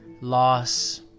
loss